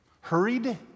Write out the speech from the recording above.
Hurried